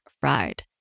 fried